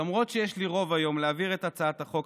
למרות שיש לי רוב היום להעביר את הצעת החוק,